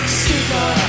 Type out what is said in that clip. super